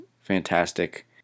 fantastic